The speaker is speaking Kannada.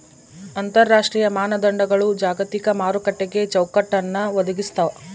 ಅಂತರರಾಷ್ಟ್ರೀಯ ಮಾನದಂಡಗಳು ಜಾಗತಿಕ ಮಾರುಕಟ್ಟೆಗೆ ಚೌಕಟ್ಟನ್ನ ಒದಗಿಸ್ತಾವ